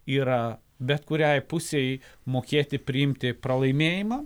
yra bet kuriai pusei mokėti priimti pralaimėjimą